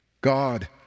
God